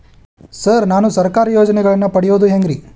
Sir ನಾನು ಸರ್ಕಾರ ಯೋಜೆನೆಗಳನ್ನು ಪಡೆಯುವುದು ಹೆಂಗ್ರಿ?